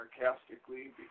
sarcastically